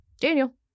Daniel